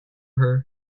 her